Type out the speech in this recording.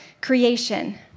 creation